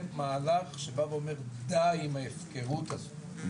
מהלך שבא ואומר 'די עם ההפקרות הזאת'.